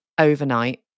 overnight